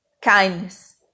Kindness